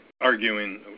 arguing